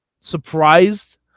surprised